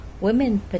women